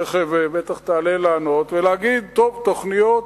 תיכף בטח תעלה לענות, ולהגיד: טוב, תוכניות,